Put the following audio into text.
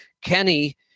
Kenny